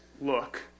look